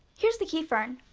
here's the key fern.